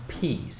peace